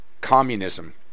Communism